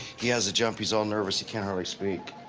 he has a jump. he's all nervous. he can't hardly speak.